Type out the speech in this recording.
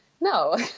No